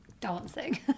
dancing